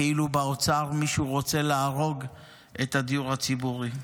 כאילו באוצר מישהו רוצה להרוג את הדיור הציבורי.